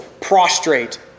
prostrate